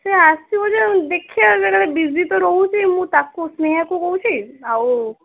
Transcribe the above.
ସେ ଆସିବ ଯେ ଦେଖିବା ସେ ବିଜି ତ ରହୁଛି ମୁଁ ତାକୁ ସ୍ନେହାକୁ କହୁଛି ଆଉ